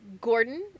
gordon